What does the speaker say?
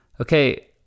Okay